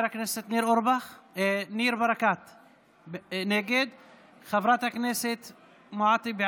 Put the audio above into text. הצעת ועדת הכנסת להעביר את הצעת חוק למניעת אלימות במשפחה